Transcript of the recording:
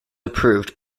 approved